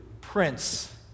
prince